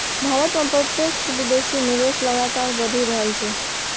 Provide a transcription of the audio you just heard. भारत मे प्रत्यक्ष विदेशी निवेश लगातार बढ़ि रहल छै